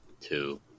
two